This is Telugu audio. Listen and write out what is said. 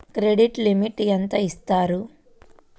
క్రెడిట్ లిమిట్ ఎంత ఇస్తారు?